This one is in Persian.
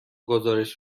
گزارش